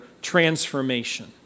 transformation